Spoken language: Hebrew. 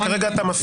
אבל כרגע אתה מפריע.